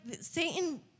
Satan